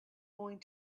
going